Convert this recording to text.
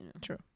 True